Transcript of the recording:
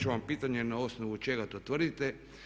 ću vam pitanje na osnovu čega to tvrdite.